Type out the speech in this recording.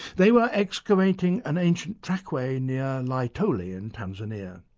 they were excavating an ancient track-way near laetoli in tanzania.